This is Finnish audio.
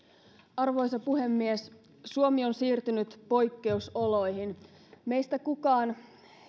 arvoisa puhemies suomi on siirtynyt poikkeusoloihin meistä kukaan